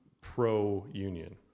pro-union